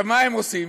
מה הם עושים?